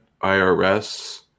IRS